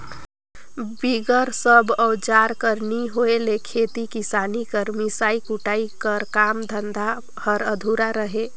बिगर सब अउजार कर नी होए ले खेती किसानी कर मिसई कुटई कर काम धाम हर अधुरा रहें